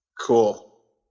Cool